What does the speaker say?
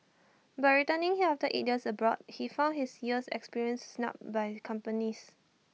but returning here after eight years abroad he found his years of experience snubbed by companies